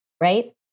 right